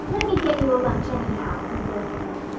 let me get you a lunch anyhow, implored anne.